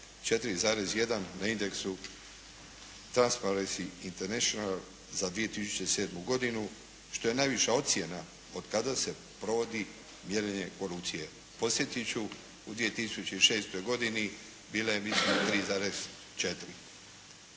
4,1 na indeksu Transparents International za 2007. godinu što je najviša ocjena od kada se provodi mjerenje korupcije. Podsjetit ću, u 2006. godini bila je